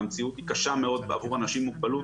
והמציאות היא קשה מאוד עבור אנשים עם מוגבלות.